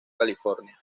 california